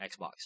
Xbox